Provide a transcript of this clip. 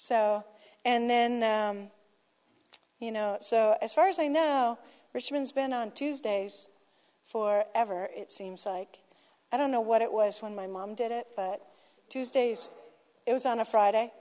so and then you know so as far as i know richmond's been on tuesdays for ever it seems like i don't know what it was when my mom did it but tuesdays it was on a friday